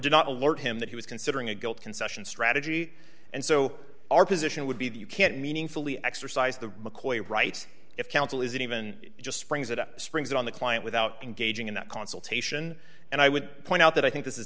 did not alert him that he was considering a guilt concession strategy and so our position would be that you can't meaningfully exercise the mccoy right if counsel is even just springs that spring it on the client without engaging in that consultation and i would point out that i think this is